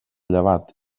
llevat